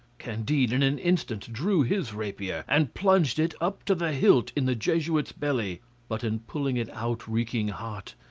candide in an instant drew his rapier, and plunged it up to the hilt in the jesuit's belly but in pulling it out reeking hot,